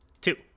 two